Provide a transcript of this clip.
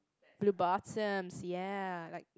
blue buttons ya like